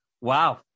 Wow